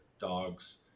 dogs